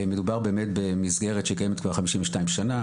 מדובר באמת במסגרת שקיימת כבר 52 שנה,